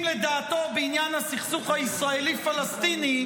לדעתו בעניין הסכסוך הישראלי-פלסטיני,